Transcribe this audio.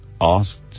asked